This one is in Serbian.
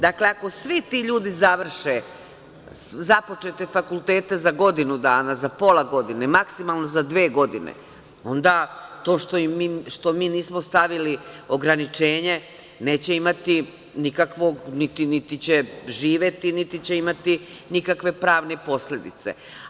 Dakle, ako svi ti ljudi završe započete fakultete za godinu dana, za pola godine, maksimalno za dve godine, onda to što mi nismo stavili ograničenje neće imati nikakvog, niti će živeti niti će imati ikakve pravne posledice.